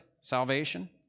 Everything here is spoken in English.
salvation